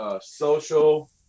social